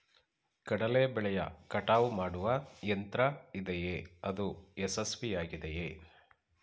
ಕಡಲೆ ಬೆಳೆಯ ಕಟಾವು ಮಾಡುವ ಯಂತ್ರ ಇದೆಯೇ? ಅದು ಯಶಸ್ವಿಯಾಗಿದೆಯೇ?